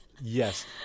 Yes